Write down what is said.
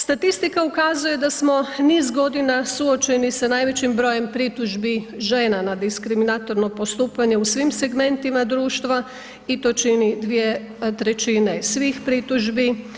Statistika ukazuje da smo niz godina suočeni sa najvećim brojem pritužbi žena na diskriminatorno postupanje u svim segmentima društva i to čini 2/3 svih pritužbi.